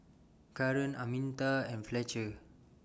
Karen Arminta and Fletcher